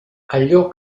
allò